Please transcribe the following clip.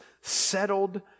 settled